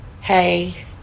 Hey